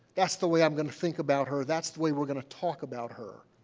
that's the way i'm going to think about her, that's the way we're going to talk about her.